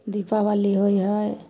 दीपाबली होइ हइ